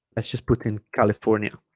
let's just put in california